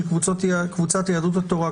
של קבוצת יהדות התורה,